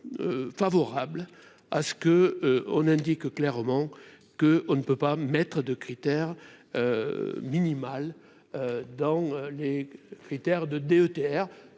favorables à ce que on indique clairement que, on ne peut pas mettre de critère minimale dans les critères de DETR